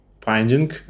finding